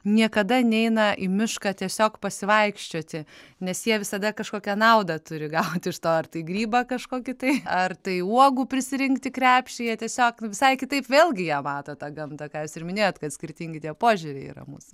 niekada neina į mišką tiesiog pasivaikščioti nes jie visada kažkokią naudą turi gauti iš to ar tai grybą kažkokį tai ar tai uogų prisirinkti krepšį jie tiesiog visai kitaip vėlgi ją mato tą gamtą ką jūs ir minėjot kad skirtingi tie požiūriai yra mūsų